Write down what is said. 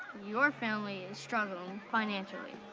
your family is struggling financially.